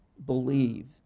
believe